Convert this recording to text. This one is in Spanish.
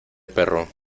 perro